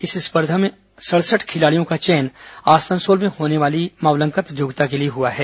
इस स्पर्धा में सड़सठ खिलाड़ियों का चयन आसनसोल में होने वाली मावलंकर प्रतियोगिता के लिए हुआ है